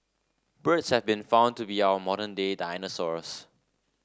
birds have been found to be our modern day dinosaurs